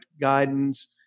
guidance